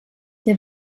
der